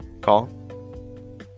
Call